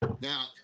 Now